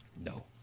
No